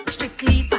Strictly